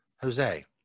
Jose